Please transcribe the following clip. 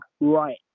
right